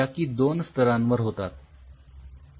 ज्या की दोन स्तरांवर होतात